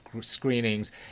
screenings